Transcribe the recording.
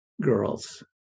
girls